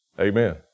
Amen